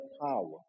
power